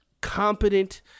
competent